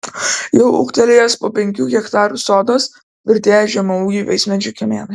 jau ūgtelėjęs jo penkių hektarų sodas tvirtėja žemaūgių vaismedžių kamienai